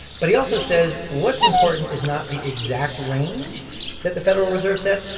but he also says what's important is not the exact range that the federal reserve sets,